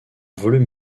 volume